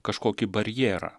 kažkokį barjerą